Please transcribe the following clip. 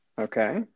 okay